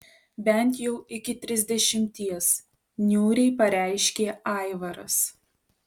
bent jau iki trisdešimties niūriai pareiškė aivaras